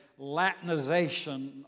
Latinization